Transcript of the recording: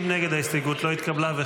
ההסתייגות לא התקבלה.